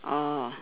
orh